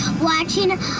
watching